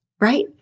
right